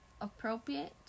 appropriate